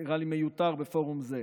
זה נראה לי מיותר בפורום זה.